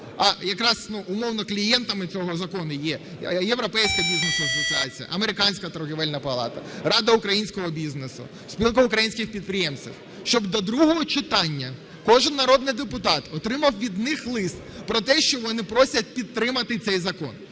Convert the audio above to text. а якраз, умовно, клієнтами цього закону є Європейська бізнес-асоціація, Американська торговельна палата, Рада українського бізнесу, Спілка українських підприємців, щоб до другого читання кожен народний депутат отримав від них лист про те, що вони просять підтримати цей закон.